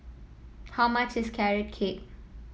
how much is Carrot Cake